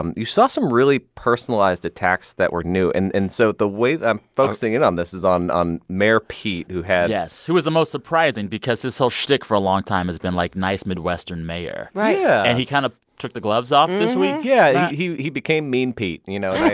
you saw some really personalized attacks that were new. and and so the way i'm focusing in on this is on on mayor pete, who had. yes. he was the most surprising because his whole shtick for a long time has been like, nice midwestern mayor right yeah and he kind of took the gloves off this week yeah. he he became mean pete, you know, like.